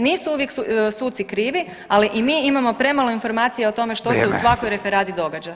Nisu uvijek suci krivi, ali i mi imamo premalo informacija o tome što se u svakoj [[Upadica: Vrijeme.]] referadi događa.